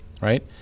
right